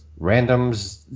randoms